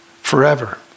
forever